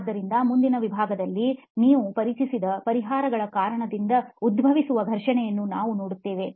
ಆದ್ದರಿಂದ ಮುಂದಿನ ವಿಭಾಗದಲ್ಲಿ ನೀವು ಪರಿಚಯಿಸಿದ ಪರಿಹಾರಗಳ ಕಾರಣದಿಂದಾಗಿ ಉದ್ಭವಿಸುವ ಘರ್ಷಣೆಯನ್ನು ನಾವು ನೋಡುತ್ತೇವೆ